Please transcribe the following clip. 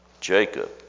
Jacob